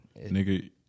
Nigga